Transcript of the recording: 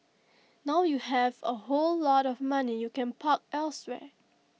now you have A whole lot of money you can park elsewhere